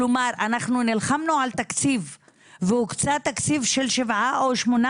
כלומר אנחנו נלחמנו על תקציב והוקצה תקציב של שבעה או שמונה